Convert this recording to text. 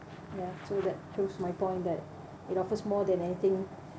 ya so that proves my point that it offers more than anything